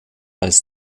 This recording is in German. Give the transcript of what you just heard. als